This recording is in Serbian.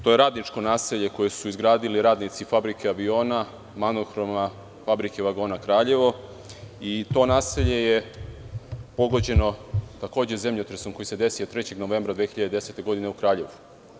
To je radničko naselje koje su izgradili radnici Fabrike aviona Kraljevo i „Magnohroma“ i to naselje je pogođeno takođe zemljotresom koji se desio 3. novembra 2010. godine u Kraljevu.